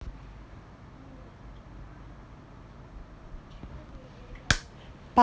part